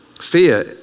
Fear